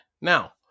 Now